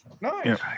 Nice